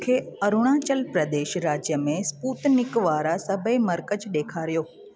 मुखे अरुणाचल प्रदेश राज्य में स्पूतनिक वारा सभई मर्कज़ ॾेखारियो